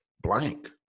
blank